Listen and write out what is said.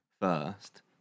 first